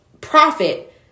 profit